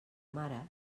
mare